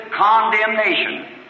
condemnation